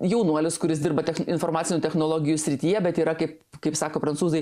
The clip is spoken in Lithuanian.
jaunuolis kuris dirba informacinių technologijų srityje bet yra kaip kaip sako prancūzai